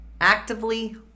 Actively